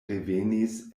revenis